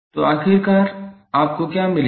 तो आखिरकार आपको क्या मिलेगा